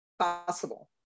possible